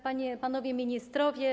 Panie, Panowie Ministrowie!